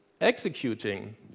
Executing